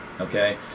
okay